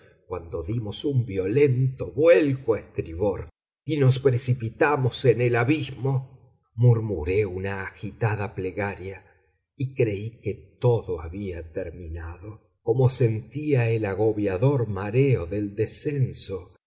cuando dimos un violento vuelco a estribor y nos precipitamos en el abismo murmuré una agitada plegaria y creí que todo había terminado como sentía el agobiador mareo del descenso